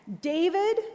David